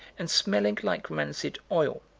and smelling like rancid oil.